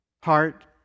heart